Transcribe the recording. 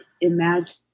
imagine